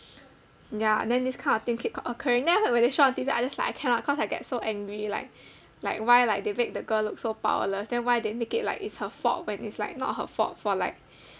ya then this kind of thing keep c~ occurring then after that when they show on T_V I just like I cannot cause I get so angry like like why like they make the girl look so powerless then why they make it like it's her fault when it's like not her fault for like